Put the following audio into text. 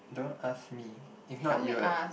don't ask me if not you'll